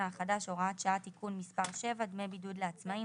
החדש) (הוראת שעה) (תיקון מס' 7) (דמי בידוד לעצמאים),